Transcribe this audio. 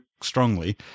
strongly